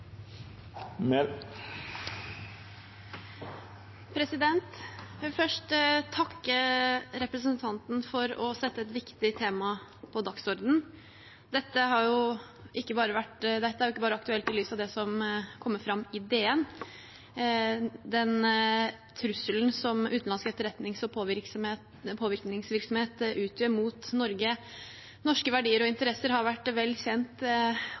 vil først takke representanten for å sette et viktig tema på dagsordenen. Dette er ikke bare aktuelt i lys av det som kommer fram i DN. Den trusselen som utenlandsk etterretnings- og påvirkningsvirksomhet utgjør mot Norge, norske verdier og interesser, har vært vel kjent